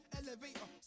elevator